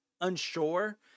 unsure